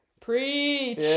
preach